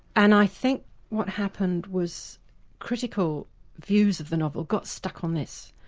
and i think what happened was critical views of the novel got stuck on this,